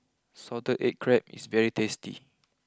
Salted Egg Crab is very tasty